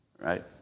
right